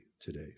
today